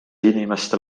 inimeste